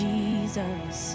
Jesus